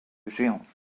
géante